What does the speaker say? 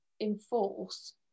enforce